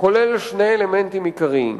כולל שני אלמנטים עיקריים.